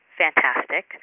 fantastic